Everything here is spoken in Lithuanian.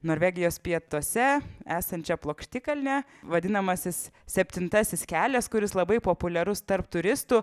norvegijos pietuose esančią plokštikalnę vadinamasis septintasis kelias kuris labai populiarus tarp turistų